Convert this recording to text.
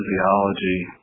physiology